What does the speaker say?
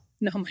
No